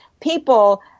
people